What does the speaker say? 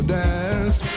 dance